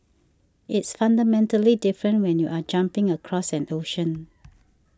it's fundamentally different when you're jumping across an ocean